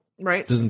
Right